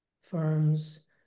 firms